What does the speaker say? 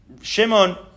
Shimon